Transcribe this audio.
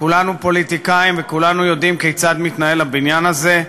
כולנו פוליטיקאים וכולנו יודעים כיצד מתנהל הבניין הזה,